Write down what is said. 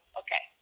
okay